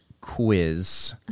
Quiz